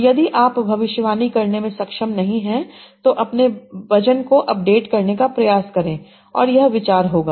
और यदि आप भविष्यवाणी करने में सक्षम नहीं हैं तो अपने वजन को अपडेट करने का प्रयास करें और यह विचार होगा